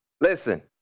Listen